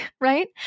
right